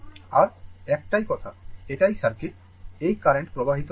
আর একটাই কথা এটাই সার্কিট এই কারেন্ট প্রবাহিত হচ্ছে